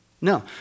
No